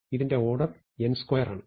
ഇതിന്റെ order n2 ആണ്